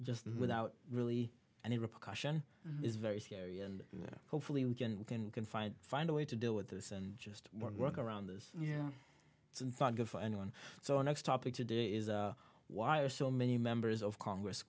just without really any repercussion is very scary and hopefully we can we can can find find a way to deal with this and just work around this yeah it's not good for anyone so our next topic today is why are so many members of congress